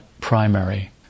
primary